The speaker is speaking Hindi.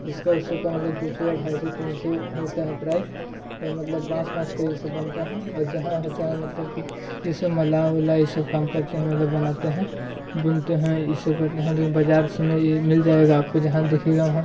जिसका उस सब का मतलब डो सौ ढाई सौ तीन सौ होता है प्राइज और मतलब बाँस वाँस का ये सब बनता है और जहाँ होता है मतलब कि ये सब मलाह वलाह ये सब काम करते हैं मतलब बनाते हैं बुनते हैं इस सब करते हैं बज़ार सब में ये मिल जाएगा आपको जहाँ देखिएगा वहाँ